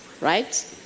right